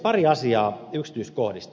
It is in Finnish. pari asiaa yksityiskohdista